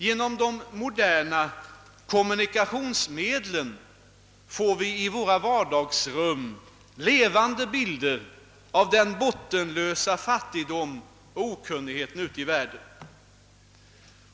Genom de moderna kommunikationsmedlen får vi i våra vardagsrum levande bilder av den bottenlösa fattigdomen och okunnigheten ute i. världen.